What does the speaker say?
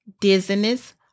dizziness